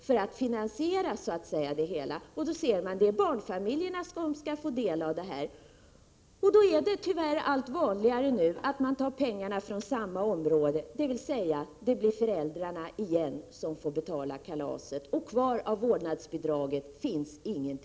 Man ser då att det är barnfamiljerna som skall få del av detta. Det har tyvärr blivit allt vanligare att man tar pengarna från samma område, dvs. det blir föräldrarna som återigen får betala kalaset. Det finns då ingenting kvar av vårdnadsbidraget.